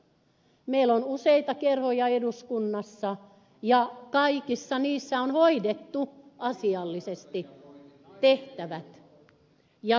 meillä on useita kerhoja eduskunnassa ja kaikissa muissa on hoidettu asiallisesti tehtävät